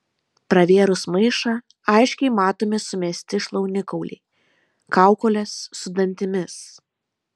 pravėrus maišą aiškiai matomi sumesti šlaunikauliai kaukolės su dantimis